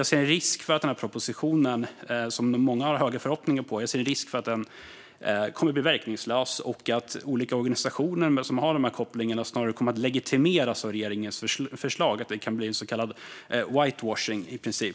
Jag ser en risk för att den proposition som ska komma och som många har höga förväntningar på kommer att bli verkningslös och att olika organisationer med den här typen av kopplingar snarare kommer att legitimeras av regeringens förslag. Det kan bli så kallad whitewashing. Hur